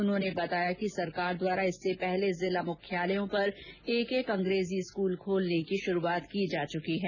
उन्होंने बताया कि सरकार द्वारा इससे पहले जिला मुख्यालयों पर एक एक अंग्रेजी स्कूल खोलने की शुरूआत की जा चुकी है